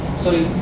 so